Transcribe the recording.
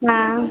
हाँ